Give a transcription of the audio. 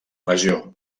regió